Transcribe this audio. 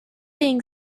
being